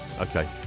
okay